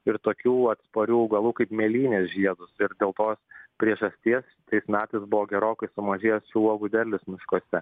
ir tokių atsparių augalų kaip mėlynės žiedus ir dėl tos priežasties tais metais buvo gerokai sumažėjęs šių uogų derlius miškuose